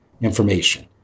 information